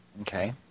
Okay